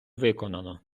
виконано